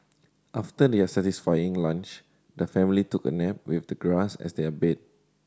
after their satisfying lunch the family took a nap with the grass as their bed